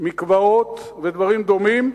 מקוואות ודברים דומים,